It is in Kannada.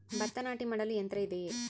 ಭತ್ತ ನಾಟಿ ಮಾಡಲು ಯಂತ್ರ ಇದೆಯೇ?